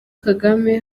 kagame